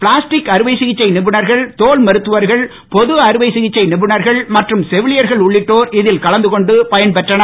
plastic அறுவை சிகிச்சை நிபுணர்கள் தோல் மருத்துவர்கள் பொது அறுவை சிகிச்சை நிபுணர்கள் மற்றும் செவிலியர்கள் உள்ளிட்டோர் இதில் கலந்து கொண்டு பயன்பெற்றனர்